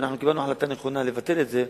שאנחנו קיבלנו החלטה נכונה לבטל את זה,